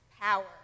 power